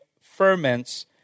ferments